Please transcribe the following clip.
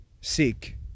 seek